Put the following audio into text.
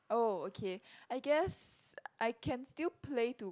oh okay I guess I can still play to